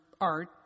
art